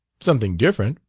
something different.